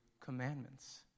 commandments